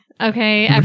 okay